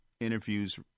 interviews